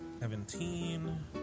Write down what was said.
seventeen